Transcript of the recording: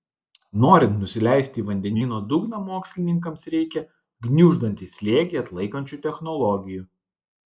norint nusileisti į vandenyno dugną mokslininkams reikia gniuždantį slėgį atlaikančių technologijų